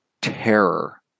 terror